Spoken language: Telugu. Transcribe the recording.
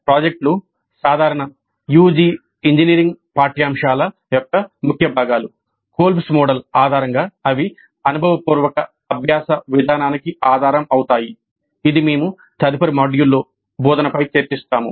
ప్రాజెక్టులు సాధారణ యుజి ఇంజనీరింగ్ పాఠ్యాంశాల ఆధారంగా అవి అనుభవపూర్వక అభ్యాస విధానానికి ఆధారం అవుతాయి ఇది మేము తదుపరి మాడ్యూల్లో బోధనపై చర్చిస్తాము